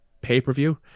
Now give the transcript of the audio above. pay-per-view